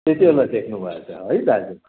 त्यति बेला देख्नु भएछ है दार